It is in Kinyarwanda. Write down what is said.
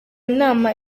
nama